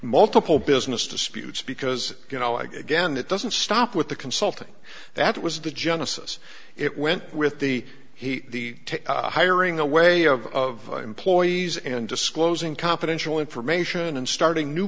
multiple business disputes because you know again it doesn't stop with the consulting that was the genesis it went with the heat the hiring away of employees and disclosing confidential information and starting new